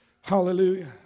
Hallelujah